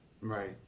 Right